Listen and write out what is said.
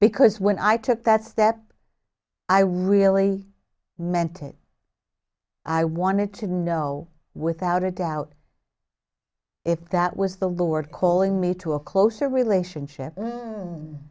because when i took that step i really meant it i wanted to know without a doubt if that was the lord calling me to a closer relationship